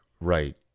right